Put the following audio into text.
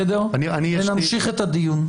ונמשיך את הדיון.